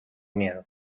miedo